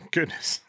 Goodness